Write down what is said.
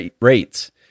rates